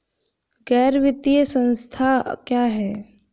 गैर वित्तीय संस्था क्या है?